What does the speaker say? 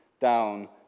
down